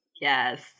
Yes